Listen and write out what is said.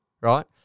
right